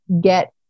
get